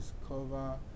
discover